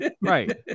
Right